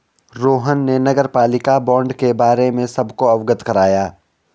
रोहन ने नगरपालिका बॉण्ड के बारे में सबको अवगत कराया